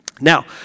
Now